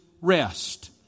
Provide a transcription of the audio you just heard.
rest